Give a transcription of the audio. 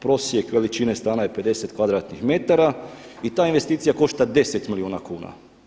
Prosjek veličine stana je 50 kvadratnih metara i ta investicija košta 10 milijuna kuna.